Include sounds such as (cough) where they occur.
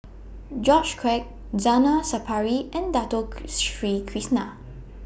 George Quek Zainal Sapari and Dato (unintelligible) Sri Krishna